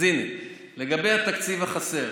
אז הינה, לגבי התקציב החסר,